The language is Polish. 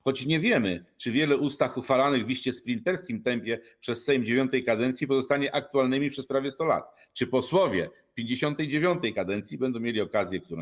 Choć nie wiemy, czy wiele ustaw uchwalanych w iście sprinterskim tempie przez Sejm IX kadencji pozostanie ustawami aktualnymi przez prawie 100 lat, czy posłowie 59. kadencji będą mieli okazję którąś.